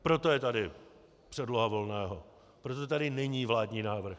Proto je tady předloha Volného, proto tady není vládní návrh.